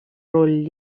роль